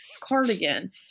cardigan